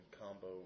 combo